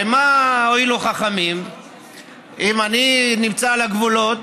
הרי מה הועילו חכמים אם אני נמצא על הגבולות,